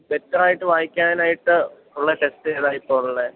വ്യക്തമായിട്ട് വായിക്കാനായിട്ട് ഉള്ള ടെക്സ്റ്റ് ഏതാ ഇപ്പോൾ ഉള്ളത്